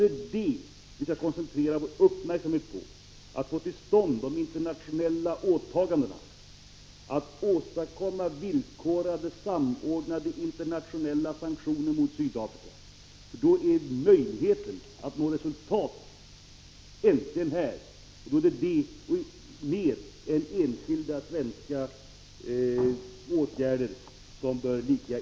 Det vi då skall koncentrera vår uppmärksamhet på är att få till stånd internationella åtaganden, att åstadkomma internationellt samordnade och villkorade sanktioner mot Sydafrika. Då är det denna strävan, mer än enskilda svenska åtgärder, som bör stå i centrum för vår uppmärksamhet och våra ansträng — Prot. 1985/86:53 ningar.